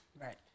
Right